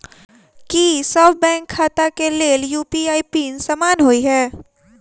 की सभ बैंक खाता केँ लेल यु.पी.आई पिन समान होइ है?